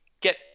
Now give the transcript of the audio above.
get